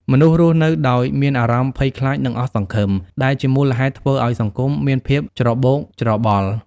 មនុស្សរស់នៅដោយមានអារម្មណ៍ភ័យខ្លាចនិងអស់សង្ឃឹម ដែលជាមូលហេតុធ្វើឲ្យសង្គមមានភាពច្របូកច្របល់។